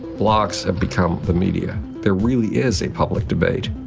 blogs have become the media there really is a public debate.